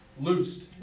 loosed